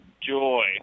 Joy